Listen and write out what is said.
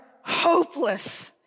Hopeless